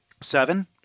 Seven